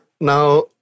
now